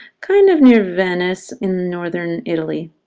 kind of near venice in northern italy.